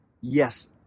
Yes